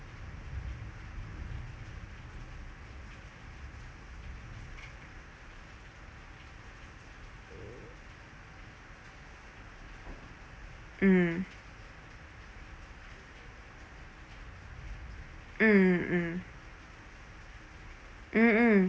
mm mm mm mm mm